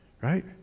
right